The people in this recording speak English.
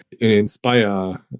inspire